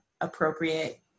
appropriate